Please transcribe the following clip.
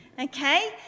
Okay